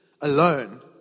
alone